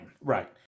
Right